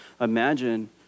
imagine